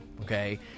okay